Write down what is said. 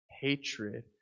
hatred